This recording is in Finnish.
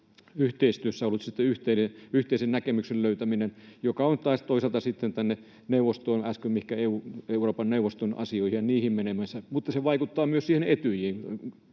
yhteistyössä ollut sitten yhteisen näkemyksen löytäminen, joka on taas toisaalta menemässä Euroopan neuvoston asioihin. Mutta se vaikuttaa myös siihen Etyjiin.